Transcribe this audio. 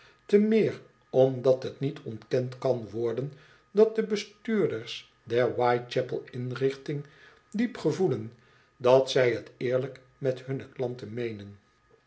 te meer omdat t niet ontkend kan worden dat de bestuurders der whitechapel inrichting diep gevoelen dat zij t eerlijk met hunne klanten meenen